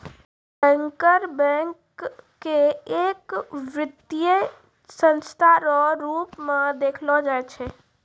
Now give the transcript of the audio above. banker bank के एक वित्तीय संस्था रो रूप मे देखलो जाय छै